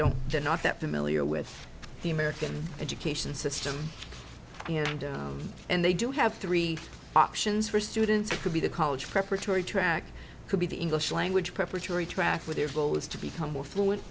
don't they're not that familiar with the american education system and they do have three options for students who could be the college preparatory track could be the english language preparatory track with their goal is to become more fluent